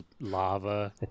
lava